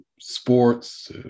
sports